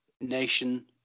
nation